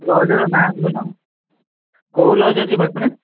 ଲଜ୍ର ନା କହୁନା କେଉଁ ଲଜ୍ ଅଛି ପାଖରେ